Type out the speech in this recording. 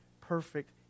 perfect